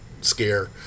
scare